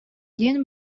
диэн